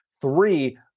Three